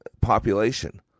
population